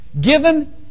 Given